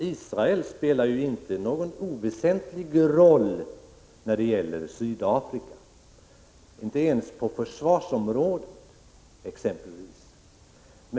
Israel spelar tyvärr inte någon oväsentlig roll när det gäller Sydafrika, inte ens på försvarsområdet.